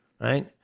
right